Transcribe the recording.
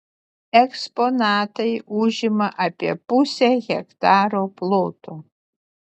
eksponatai užima apie pusę hektaro ploto